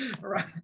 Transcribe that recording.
right